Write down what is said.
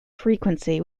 frequency